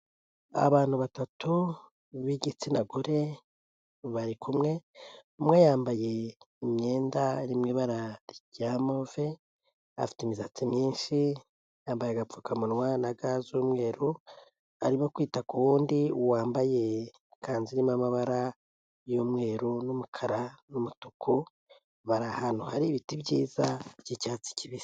Abantu batatu b'igitsina gore bari kumwe, umwe yambaye imyenda iri mu ibara rya move afite imisatsi myinshi, yambaye agapfukamunwa na ga z'umweru, arimo kwita ku wundi wambaye ikanzu irimo: amabara y'umweru, umukara, n'umutuku, bari ahantu hari ibiti byiza by'icyatsi kibisi.